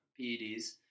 PEDs